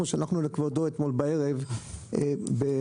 אנחנו שלחנו לכבודו אתמול בערב בקליפת